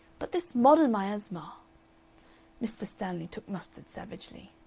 but this modern miasma mr. stanley took mustard savagely.